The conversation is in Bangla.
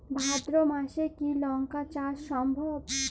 ভাদ্র মাসে কি লঙ্কা চাষ সম্ভব?